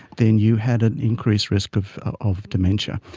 then you had an increased risk of of dementia.